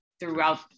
throughout